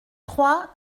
trois